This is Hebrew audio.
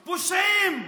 פושעים.